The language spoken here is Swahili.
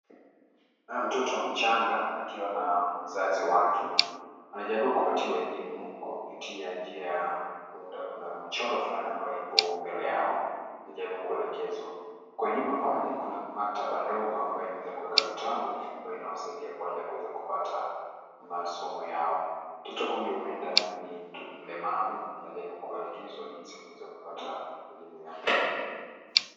Mtoto mchanga akiwa na mzazi wake anajaribu kupatiwa elimu kupitia njia ya huenda kuna mchoro fulani ambayo ipo mbele yao, anajaribu kuelekezwa. Kwa nyuma pale kuna maktaba ndogo ambayo imeweza kuweka vitabu ambayo inawasaidia kuweza kupata masomo yao. Mtoto huyu huenda ni mtu mlemavu, anajaribu kuelekezwa jinsi ya kuweza kupata elimu yake.